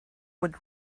would